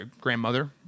grandmother